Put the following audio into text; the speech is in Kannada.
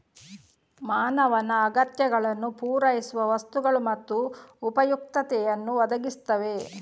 ಮಾನವನ ಅಗತ್ಯಗಳನ್ನು ಪೂರೈಸುವ ವಸ್ತುಗಳು ಮತ್ತು ಉಪಯುಕ್ತತೆಯನ್ನು ಒದಗಿಸುತ್ತವೆ